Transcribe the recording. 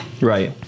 right